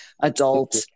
adult